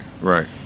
right